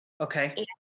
Okay